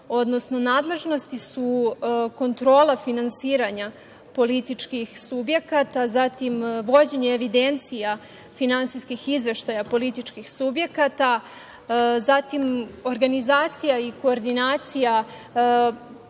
odnosno nadležnosti su kontrola finansiranja političkih subjekata, vođenje evidencija finansijskih izveštaja političkih subjekata, zatim organizacija i koordinacija